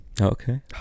Okay